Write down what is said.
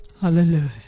Hallelujah